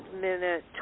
minute